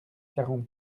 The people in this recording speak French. quarante